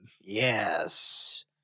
Yes